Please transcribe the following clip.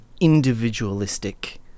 individualistic